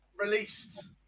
released